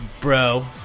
bro